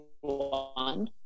one